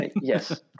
Yes